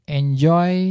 enjoy